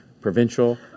provincial